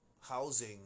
housing